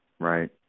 Right